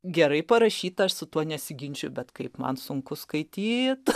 gerai parašyta aš su tuo nesiginčiju bet kaip man sunku skaityti